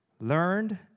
Learned